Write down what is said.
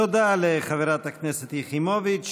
תודה לחברת הכנסת יחימוביץ'.